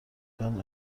دادن